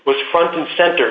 was front and center